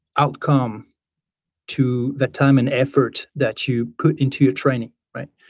outcome to the time and effort that you put into your training. right?